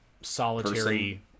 solitary